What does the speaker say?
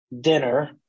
dinner